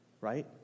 Right